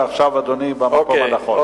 ועכשיו אדוני במקום הנכון.